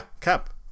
Cap